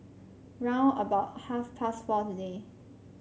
round about half past four today